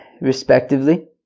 respectively